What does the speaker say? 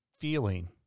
feeling